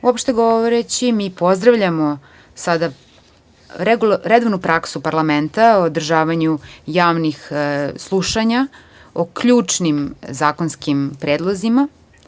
Uopšte govoreći, mi pozdravljamo sada redovnu praksu parlamenta o održavanju javnih slušanja o ključnim zakonskim predlozima.